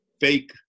fake